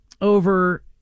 over